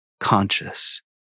conscious